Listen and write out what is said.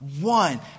One